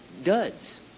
duds